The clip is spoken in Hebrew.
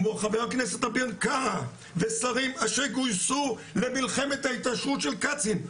כמו חבר הכנסת אביר קארה ושרים אשר גוייסו למלחמת ההתעשרות של קצין,